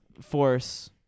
force